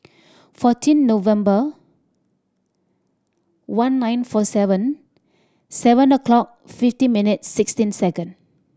fourteen November one nine four seven seven o'clock fifty minutes sixteen second